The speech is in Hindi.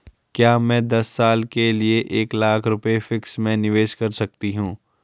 क्या मैं दस साल के लिए एक लाख रुपये फिक्स में निवेश कर सकती हूँ?